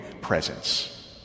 presence